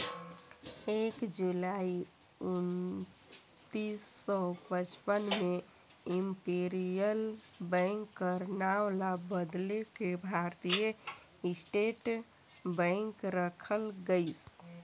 एक जुलाई उन्नीस सौ पचपन में इम्पीरियल बेंक कर नांव ल बलेद के भारतीय स्टेट बेंक रखल गइस